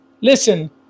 Listen